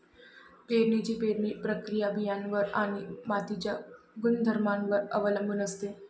पेरणीची पेरणी प्रक्रिया बियाणांवर आणि मातीच्या गुणधर्मांवर अवलंबून असते